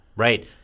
Right